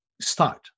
start